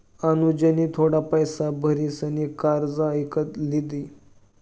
अनुजनी थोडा पैसा भारीसन कार इकत लिदी